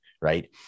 Right